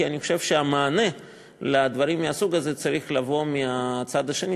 כי אני חושב שהמענה לדברים מהסוג הזה צריך לבוא מהצד השני,